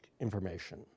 information